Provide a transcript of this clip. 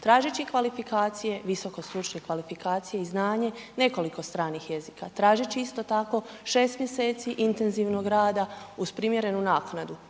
tražeći kvalifikacije, visoko stručne kvalifikacije i znanje nekoliko stranih jezika, tražeći isto tako 6 mjeseci intenzivnog rada uz primjerenu naknadu,